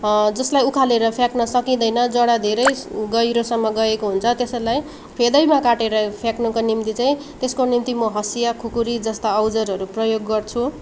जसलाई उखालेर फ्याँक्न सकिँदैन जरा धेरै गहिरोसम्म गएको हुन्छ त्यसैलाई फेदैमा काटेर फ्याँक्नुका निम्ति चाहिँ त्यसको निम्ति म हँसिया खुकुरी जस्ता औजारहरू प्रयोग गर्छु